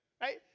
right